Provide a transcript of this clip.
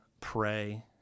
pray